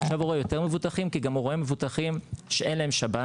עכשיו הוא רואה יותר מבוטחים כי גם הוא רואה מבוטחים שאין להם שב"ן.